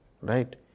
right